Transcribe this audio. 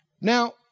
Now